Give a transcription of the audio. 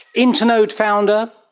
internode founder,